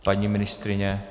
Paní ministryně?